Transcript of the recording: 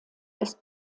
ist